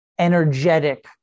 energetic